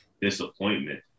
disappointment